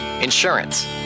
Insurance